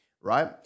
right